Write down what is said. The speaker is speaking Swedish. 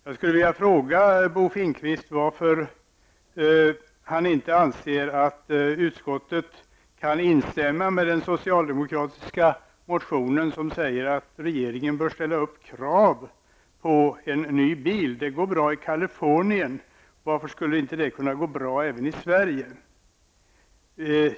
Jag skulle vilja fråga Bo Finnkvist varför han inte anser att utskottet kan instämma i den socialdemokratiska motionen som säger att regeringen bör ställa upp krav på en ny bil. Det går bra i Kalifornien. Varför skulle det inte gå bra även i Sverige?